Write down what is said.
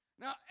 Now